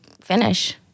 finish